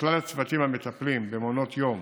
לכלל הצוותים המטפלים במעונות היום